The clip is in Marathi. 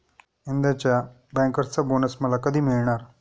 यंदाच्या बँकर्सचा बोनस मला कधी मिळणार?